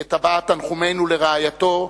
את תנחומינו לרעייתו,